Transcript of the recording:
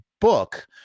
book